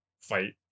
fight